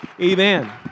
Amen